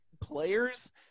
players